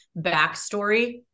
backstory